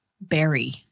Berry